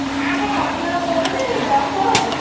ନା ଆପଣ ଅଧିକା କହୁଛନ୍ତି ଟିକିଏ କମ୍ କରନ୍ତୁ